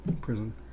Prison